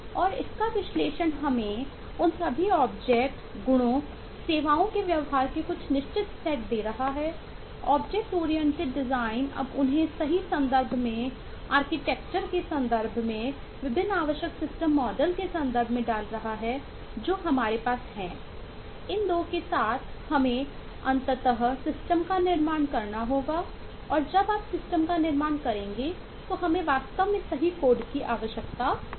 और इसका विश्लेषण हमें उन सभी ऑब्जेक्ट का निर्माण करेंगे तो हमें वास्तव में सही कोड की आवश्यकता होगी